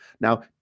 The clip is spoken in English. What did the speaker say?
now